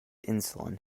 insulin